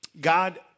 God